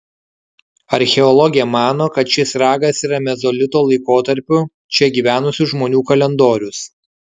archeologė mano kad šis ragas yra mezolito laikotarpiu čia gyvenusių žmonių kalendorius